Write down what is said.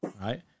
right